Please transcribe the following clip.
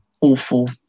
awful